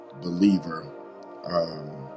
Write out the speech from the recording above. believer